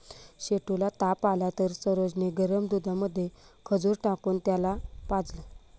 सेठू ला ताप आला तर सरोज ने गरम दुधामध्ये खजूर टाकून त्याला पाजलं